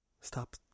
stop